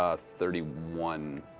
ah thirty one.